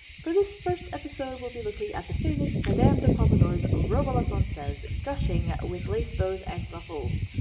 for this first episode we'll be looking at the famous madame de pompadour's robe a la francaise, gushing with lace, bows, and ruffles.